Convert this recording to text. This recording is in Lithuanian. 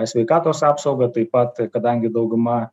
sveikatos apsaugą taip pat kadangi dauguma